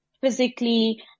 physically